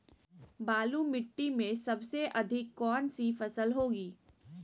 बालू मिट्टी में सबसे अधिक कौन सी फसल होगी?